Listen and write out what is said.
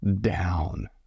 down